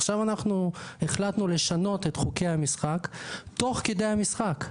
עכשיו אנחנו החלטנו לשנות את חוקי המשחק תוך כדי המשחק.